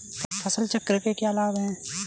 फसल चक्र के क्या लाभ हैं?